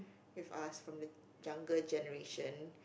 with us from the younger generation